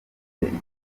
dufite